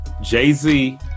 Jay-Z